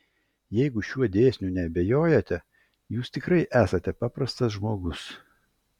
jeigu šiuo dėsniu neabejojate jūs tikrai esate paprastas žmogus